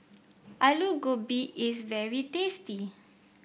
Aloo Gobi is very tasty